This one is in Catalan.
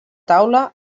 taula